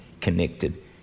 connected